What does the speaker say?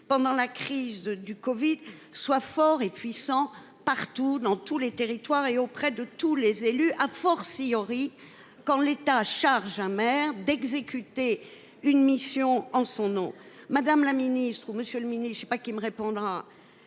pendant la crise du Covid soit fort et puissant partout dans tous les territoires et auprès de tous les élus, a fortiori quand l'État charge amer d'exécuter une mission en son nom, madame la Ministre, Monsieur le mini je ne sais pas qui me répondra.